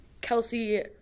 Kelsey